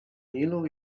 nilu